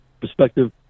perspective